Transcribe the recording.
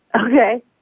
Okay